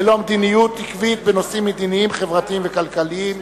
ללא מדיניות עקבית בנושאים מדיניים חברתיים וכלכליים,